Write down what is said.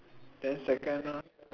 then second round